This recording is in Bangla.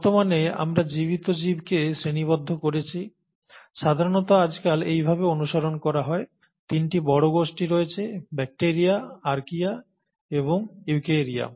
বর্তমানে আমরা জীবিত জীবকে শ্রেণিবদ্ধ করেছি সাধারণত আজকাল এইভাবে অনুসরণ করা হয় তিনটি বড় গোষ্ঠী রয়েছে ব্যাকটিরিয়া আর্চিয়া এবং ইউকেরিয়া